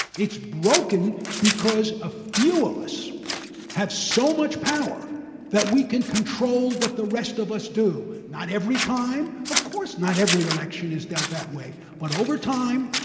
it's broken because a few of us have so much power that we can control what the rest of us do, not every time, of course not every election is dealt that way. but over time,